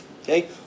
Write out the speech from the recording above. Okay